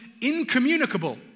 incommunicable